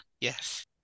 yes